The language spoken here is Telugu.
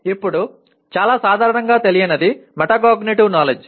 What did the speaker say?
ఇప్పుడు చాలా సాధారణంగా తెలియనిది మెటాకాగ్నిటివ్ నాలెడ్జ్